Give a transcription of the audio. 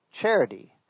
charity